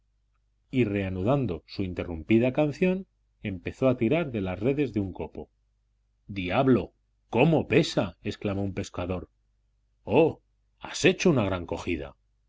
y reanudando su interrumpida canción empezó a tirar de las redes de un copo diablo cómo pesa exclamó un pescador oh has hecho gran cogida